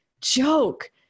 joke